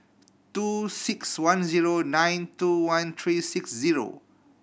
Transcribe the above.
two six one zero nine two one three six zero